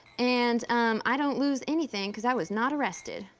and um i don't lose anything cause i was not arrested.